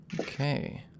Okay